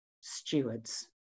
stewards